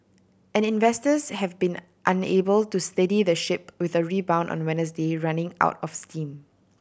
and investors have been unable to steady the ship with a rebound on Wednesday running out of steam